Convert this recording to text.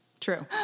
True